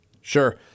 Sure